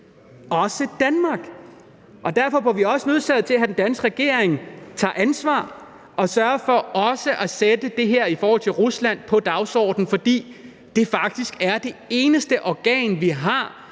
Danmark. Og derfor er vi også nødsaget til at få den danske regering til at tage ansvar og sørge for også at sætte det her i forhold til Rusland på dagsordenen, fordi det faktisk er det eneste organ, vi har,